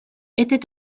était